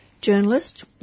journalist